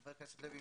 חבר הכנסת לוי,